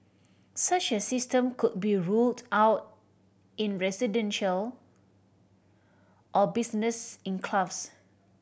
such a system could be rolled out in residential or business enclaves